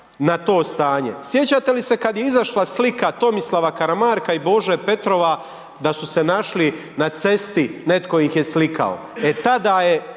na to stanje. Sjećate li se kad je izašla slika Tomislava Karamarka i Bože Petrova da su se našli na cesti, netko ih je slikao, a tada je